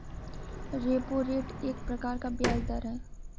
repo rate एक प्रकार का ब्याज़ दर है